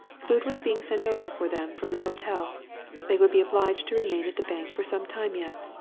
food was being sent over for them from the hotel they would be obliged to remain at the bank for some time yet.